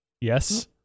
Yes